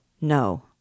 No